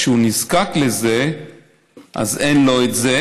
כשהוא נזקק לזה אז אין לו את זה,